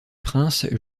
princes